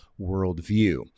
worldview